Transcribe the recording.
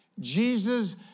Jesus